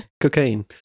Cocaine